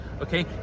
Okay